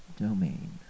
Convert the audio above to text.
domain